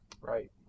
Right